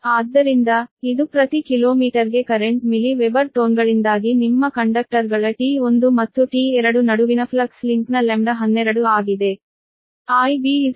ಆದ್ದರಿಂದ ಇದು ಪ್ರತಿ ಕಿಲೋಮೀಟರ್ಗೆ ಕರೆಂಟ್ milli Weber tone ಗಳಿಂದಾಗಿ ನಿಮ್ಮ ಕಂಡಕ್ಟರ್ಗಳ T1 ಮತ್ತು T2 ನಡುವಿನ ಫ್ಲಕ್ಸ್ ಲಿಂಕ್ನ λ12 ಆಗಿದೆ